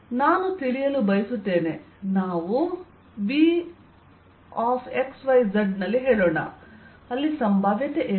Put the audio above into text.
ನಾನು ತಿಳಿಯಲು ಬಯಸುತ್ತೇನೆ ನಾವು Vx y z ನಲ್ಲಿ ಹೇಳೋಣ ಅಲ್ಲಿ ಸಂಭಾವ್ಯತೆ ಏನು